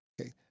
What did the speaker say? Okay